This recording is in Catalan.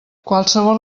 qualsevol